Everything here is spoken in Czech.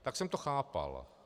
Tak jsem to chápal.